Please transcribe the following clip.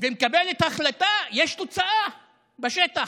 ומקבלת החלטה, יש תוצאה בשטח,